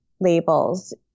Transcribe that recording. labels